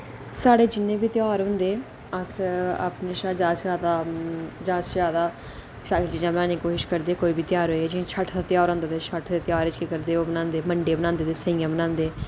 साढ़ै जिन्ने बी ध्यार होंदे अस अपने शा जादा शा जादा जादा शा जादा शैल चीजां बनाने दी कोशिश करदे कोई बी ध्यार होऐ जि'यां छठ दा ध्यार होंदा ते छठ दे ध्यार च केह् करदे ओह् बनांदे मंडे बनांदे सेइयां बनांदे